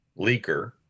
leaker